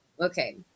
okay